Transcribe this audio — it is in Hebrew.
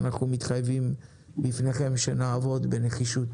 אנחנו מתחייבים בפניכם שנעבוד בנחישות,